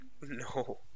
No